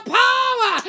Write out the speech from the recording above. power